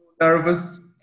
nervous